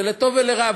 זה לטוב ולרע.